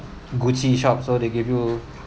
Gucci shops so they give you